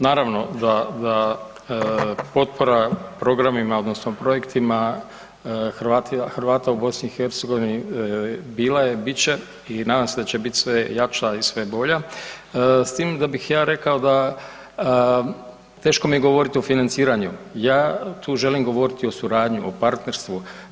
Naravno da potpora programima odnosno projektima Hrvata u BiH bila je i bit će i nadam se da će biti sve jača i sve bolja, s tim da bih ja rekao da, teško mi je govoriti o financiranju, ja tu želim govoriti o suradnji, o partnerstvu.